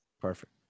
Perfect